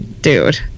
dude